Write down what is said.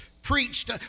Preached